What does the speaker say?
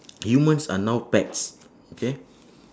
humans are now pets okay